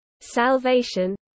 salvation